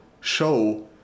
show